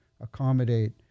accommodate